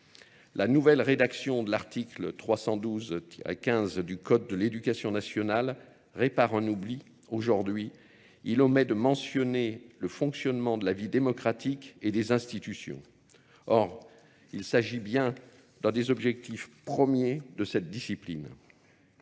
La nouvelle rédaction de l'article 312-15 du Code de l'éducation nationale répare un oubli. Aujourd'hui, il omet de mentionner le fonctionnement de la vie démocratique et des institutions. Or, il s'agit bien d'un des objectifs premiers de cette discipline.